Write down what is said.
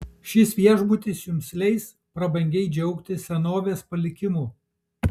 šis viešbutis jums leis prabangiai džiaugtis senovės palikimu